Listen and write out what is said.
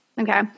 Okay